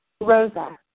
Rosa